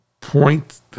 point